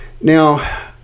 Now